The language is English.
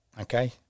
Okay